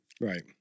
Right